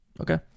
Okay